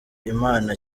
imana